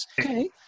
Okay